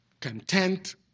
Content